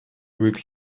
with